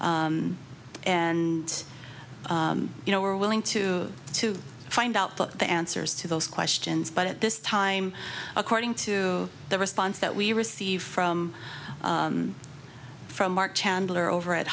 hud and you know we're willing to to find out the answers to those questions but at this time according to the response that we received from from our chandler over at